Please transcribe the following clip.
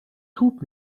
توپ